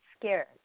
scared